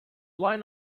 line